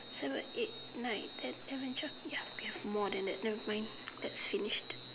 seven eight nine ten eleven twelve ya we have more than that never mind that's finished